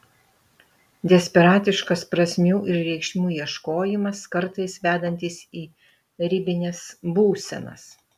desperatiškas prasmių ir reikšmių ieškojimas kartais vedantis į ribines būsenas